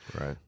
Right